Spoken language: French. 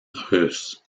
russe